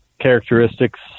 characteristics